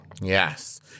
Yes